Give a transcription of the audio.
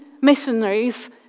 missionaries